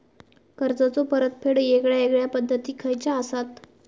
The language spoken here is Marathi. कर्जाचो परतफेड येगयेगल्या पद्धती खयच्या असात?